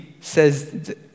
says